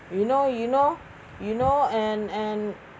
you know you know you know and and